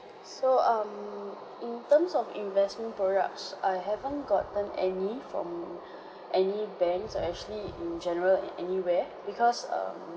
so um in terms of investment products I haven't gotten any from any banks or actually in general at anywhere because um